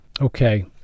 Okay